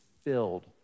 filled